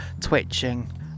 twitching